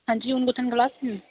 हां जी हून कुत्थें न क्लास च न